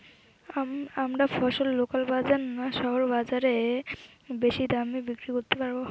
আমরা ফসল লোকাল বাজার না শহরের বাজারে বেশি দামে বিক্রি করতে পারবো?